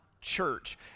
church